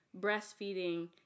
breastfeeding